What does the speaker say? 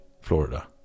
Florida